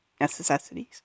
necessities